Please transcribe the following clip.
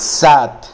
સાત